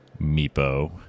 Meepo